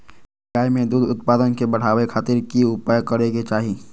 गाय में दूध उत्पादन के बढ़ावे खातिर की उपाय करें कि चाही?